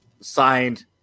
signed